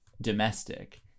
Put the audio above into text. Domestic